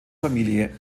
familie